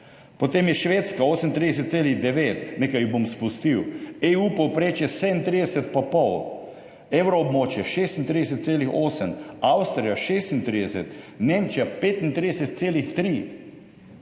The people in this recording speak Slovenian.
potem je Švedska z 38,9, nekaj jih bom spustil, EU povprečje je 37,5, evroobmočje 36,8, Avstrija 36, Nemčija 35,3.